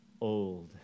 old